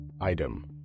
Item